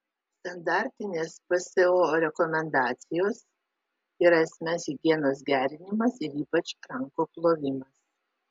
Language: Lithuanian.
standartinės pso rekomendacijos yra asmens higienos gerinimas ir ypač rankų plovimas